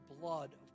blood